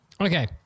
Okay